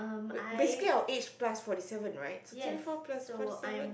wait basically our age plus forty seven right so twenty four plus forty seven